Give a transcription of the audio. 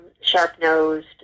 Sharp-nosed